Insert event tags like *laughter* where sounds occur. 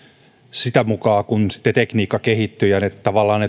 sitä mukaa kun tekniikka kehittyi ja tavallaan *unintelligible*